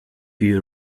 you